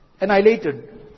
annihilated